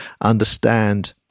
understand